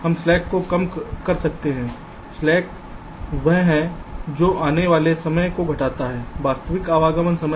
हम स्लैक को कम कर सकते हैं स्लैक वह है जो आने वाले समय को घटाता है वास्तविक आगमन का समय